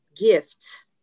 gifts